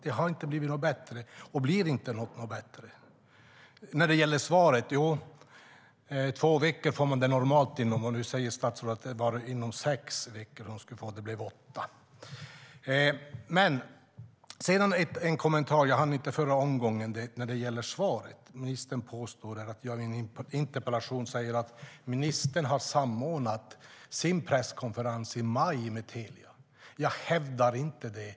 Det har inte blivit bättre och blir inte bättre. När det gäller svaret: Två veckor får man det normalt inom. Nu säger statsrådet att det var inom sex veckor hon skulle svara. Det blev åtta. Sedan har jag en kommentar som jag inte hann med i förra omgången när det gäller svaret. Ministern påstår där att jag i en interpellation säger att ministern har samordnat sin presskonferens i maj med Telia. Jag hävdar inte det.